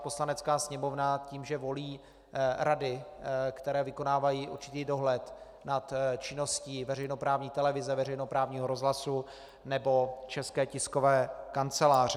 Poslanecká sněmovna tím, že volí rady, které vykonávají určitý dohled nad činností veřejnoprávní televize, veřejnoprávního rozhlasu nebo České tiskové kanceláře.